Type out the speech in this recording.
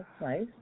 nice